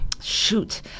shoot